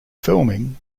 filming